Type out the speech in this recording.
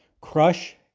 Crush